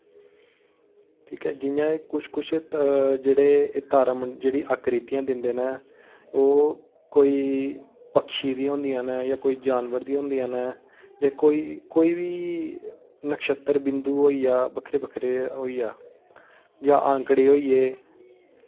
ठीक ऐ जि'यां कुछ कुछ जेह्ड़े एह् तारा जेह्ड़ी आकृतियां दिंदे न ओह् कोई पक्षी दियां होंदियां न जां कोई जानवर दियां होंदियां न जां कोई कोई बी नक्षत्र बिंदु होइया बक्खरे बक्खरे होइया जां आंकड़े होइये